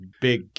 big